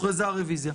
רוויזיה.